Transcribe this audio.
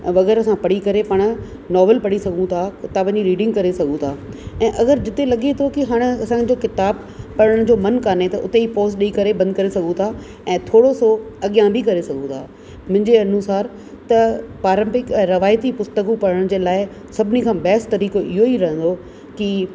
वग़ैरह असां पढ़ी करे पाण नॉविल पढ़ी सघूं था किताबनि जी रीडिंग करे सघूं था ऐं अगरि जिते लॻे थो की हाणे असांजो किताब पढ़ण जो मन कोन्हे त उते ई पॉज़ ॾई करे बंदि करे सघूं था ऐं थोरो सो अॻियां बि करे सघूं था मिंजे अनुसार त पारंपिक ऐं रवाइती पुस्तकूं पढ़ण जे लाइ सभिनी खां बेस्ट तरीक़ो इहेई रहंदो की